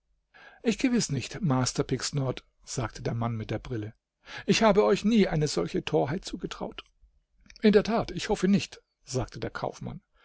ich gewiß nicht master pigsnort sagte der mann mit der brille ich habe euch nie eine solche torheit zugetraut in der tat ich hoffe nicht sagte der kaufmann